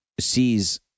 sees